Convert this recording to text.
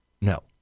No